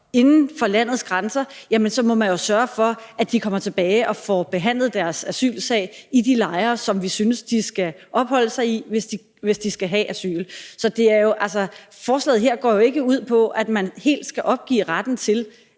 inden for landets grænser, jamen så må man jo sørge for, at de kommer tilbage og får behandlet deres asylsag i de lejre, som vi synes de skal opholde sig i, hvis de skal have asyl. Så forslaget her går jo ikke ud på, at man helt skal opgive retten til,